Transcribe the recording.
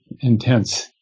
intense